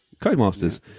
Codemasters